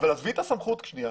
אבל עזבי את הסמכות לרגע,